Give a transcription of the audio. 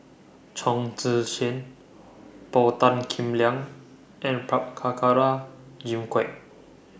Chong Tze Chien Paul Tan Kim Liang and Prabhakara Jimmy Quek